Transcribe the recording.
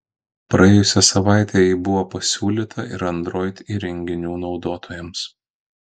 praėjusią savaitę ji buvo pasiūlyta ir android įrenginių naudotojams